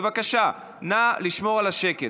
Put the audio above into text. בבקשה, נא לשמור על השקט.